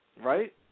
right